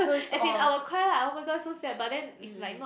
as in I will cry lah oh-my-god so sad but then is like not